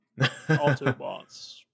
Autobots